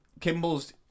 Kimball's